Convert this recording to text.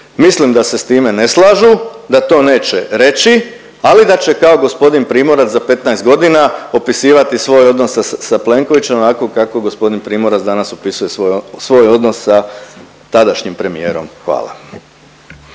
Mislim da se s time ne slažu, da to neće reći, ali da će kao g. Primorac za 15 godina opisivat svoj odnos sa Plenkovićem onako kako g. Primorac danas opisuje svoj odnos sa tadašnjim premijerom. Hvala.